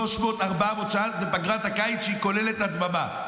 300, 400 שעות בפגרת הקיץ, שכוללת הדממה.